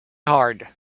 hard